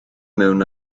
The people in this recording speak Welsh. mewn